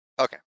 Okay